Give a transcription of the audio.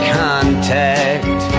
contact